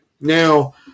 Now